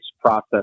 process